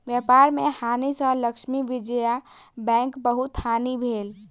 व्यापार में हानि सँ लक्ष्मी विजया बैंकक बहुत हानि भेल